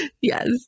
Yes